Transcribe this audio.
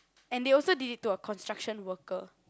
and they also did it to a construction worker